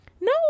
No